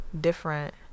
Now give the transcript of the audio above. different